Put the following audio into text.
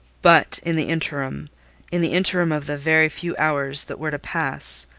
but in the interim in the interim of the very few hours that were to pass,